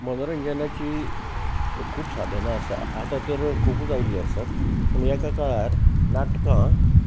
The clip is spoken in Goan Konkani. मनोरंजनाची खूब साधनां आसा आतां तर खुबूच आयिल्ली आसात पूण एका काळार नाटकां